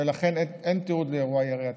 ולכן אין תיעוד מהירי עצמו.